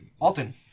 Alton